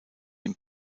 ihm